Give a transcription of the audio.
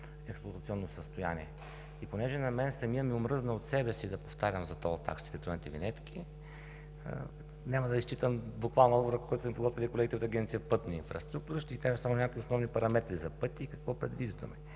експлоатационно състояние! И понеже на мен самият ми омръзна от себе си да повтарям за тол таксите и винетките, няма да изчитам буквално отговора, който са ми подготвили колегите от Агенция „Пътна инфраструктура“. Ще Ви кажа само някои основни параметри за пътя и какво предвиждаме